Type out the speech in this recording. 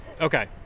Okay